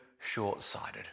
short-sighted